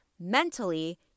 mentally